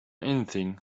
anything